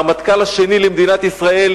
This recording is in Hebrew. הרמטכ"ל השני של מדינת ישראל,